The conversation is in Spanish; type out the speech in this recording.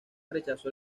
rechazó